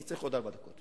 אני צריך עוד ארבע דקות,